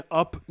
up